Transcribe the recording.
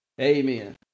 amen